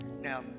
Now